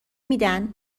میدن